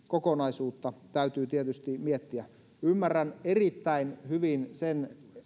kokonaisuutta täytyy tietysti miettiä ymmärrän erittäin hyvin sen